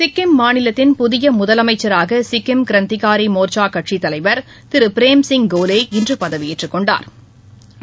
சிக்கிம் மாநிலத்தின் புதிய முதலமைச்சராக சிக்கிம் கிராந்திக்காரி மோர்ச்சா கட்சி தலைவர் திரு பிரேம் சிங் கோலே இன்று பதவியேற்றுக் கொண்டாா்